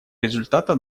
результата